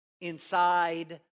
inside